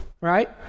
right